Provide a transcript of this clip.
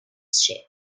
sheep